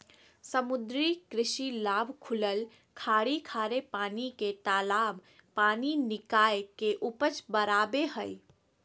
समुद्री कृषि लाभ खुलल खाड़ी खारे पानी के तालाब पानी निकाय के उपज बराबे हइ